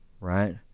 right